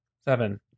Seven